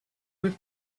with